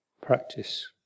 practice